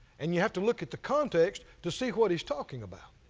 and you have to look at the context to see what he's talking about.